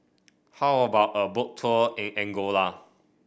how about a Boat Tour in Angola